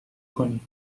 کنی